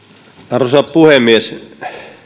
puhemies